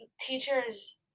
teachers